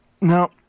Now